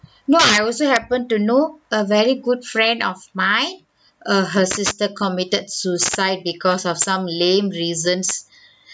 no I also happen to know a very good friend of mine uh her sister committed suicide because of some lame reasons